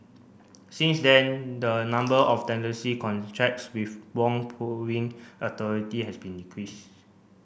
since then the number of tenancy contracts with wrong approving authority has been decreased